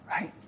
Right